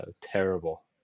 terrible